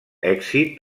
èxit